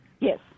Yes